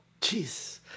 Jeez